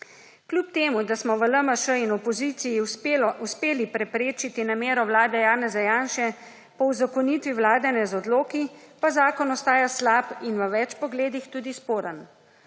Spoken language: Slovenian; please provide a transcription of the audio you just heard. Kljub temu, da smo v LMŠ in opoziciji uspeli preprečiti namero vlade Janeza Janše po uzakonitvi vladanja z odloki pa zakon ostaja slab in v več pogledih tudi sporen.